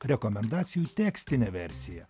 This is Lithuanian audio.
rekomendacijų tekstinę versiją